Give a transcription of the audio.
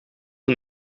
een